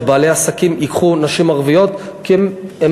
שבעלי עסקים ייקחו נשים ערביות כי הן